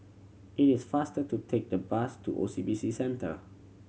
it is faster to take the bus to O C B C Centre